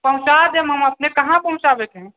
पहुँचा देब हम अपने कहाँ पहुँचाबैके हइ